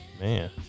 Man